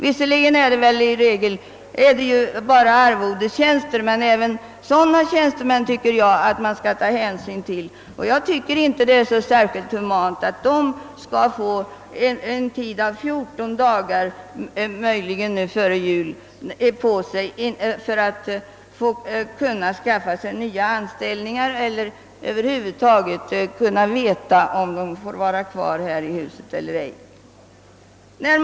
Visserligen gäller det endast arvodestjänster, men även de tjänstemännen tycker jag man skall ta hänsyn till. Det är inte särskilt humant att de bara får 14 dagar på sig före jul för att skaffa sig nya anställningar — eller få besked om huruvida de får vara kvar här i huset eller inte.